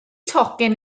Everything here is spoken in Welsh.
tocyn